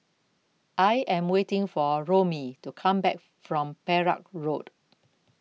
I Am waiting For Romie to Come Back from Perak Road